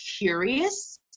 curious